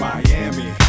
Miami